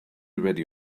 ready